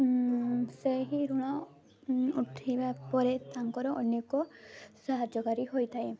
ସେହି ଋଣ ଉଠେଇବା ପରେ ତାଙ୍କର ଅନେକ ସାହାଯ୍ୟକାରୀ ହୋଇଥାଏ